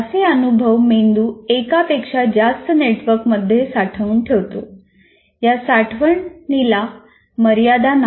असे अनुभव मेंदू एकापेक्षा जास्त नेटवर्कमध्ये साठवून ठेवतो या साठवण याला मर्यादा नाही